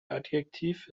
adjektiv